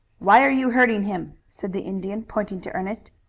why are you hurting him? said the indian, pointing to ernest.